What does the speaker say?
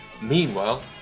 Meanwhile